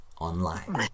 online